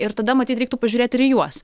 ir tada matyt reiktų pažiūrėti ir į juos